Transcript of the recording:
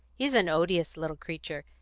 he's an odious little creature,